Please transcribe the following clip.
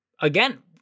again